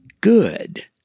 good